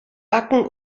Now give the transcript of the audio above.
backen